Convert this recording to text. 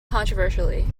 controversially